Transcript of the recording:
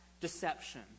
deception